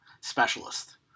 specialist